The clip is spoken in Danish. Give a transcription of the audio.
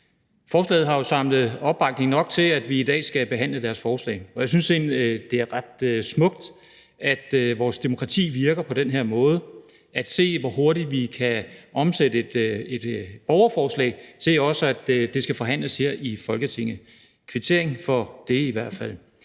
Forslaget har jo samlet opbakning nok til, at vi i dag skal behandle deres forslag. Jeg synes egentlig, det er ret smukt, at vores demokrati virker på den her måde, når man ser, hvor hurtigt vi kan få et borgerforslag til behandling her i Folketinget. Det vil jeg i hvert fald